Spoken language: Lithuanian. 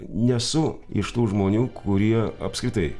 nesu iš tų žmonių kurie apskritai